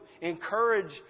encourage